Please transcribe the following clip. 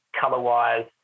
Color-wise